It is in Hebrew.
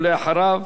ולאחריו,